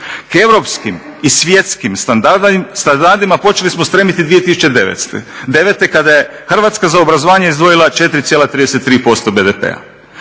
Europskim i svjetskim standardima počeli smo stremiti 2009. kada je Hrvatska za obrazovanje izdvojila 4,33% BDP-a.